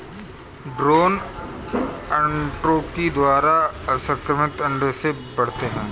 drone अर्नोटोकी द्वारा असंक्रमित अंडों से बढ़ते हैं